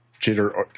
jitter